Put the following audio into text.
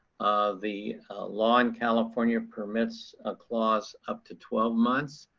the law in california permits a clause up to twelve months.